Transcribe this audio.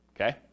okay